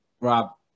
Rob